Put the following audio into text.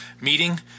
meeting